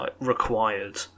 required